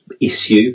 issue